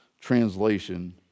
translation